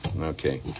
okay